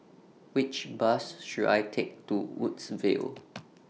Which Bus should I Take to Woodsville